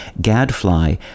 gadfly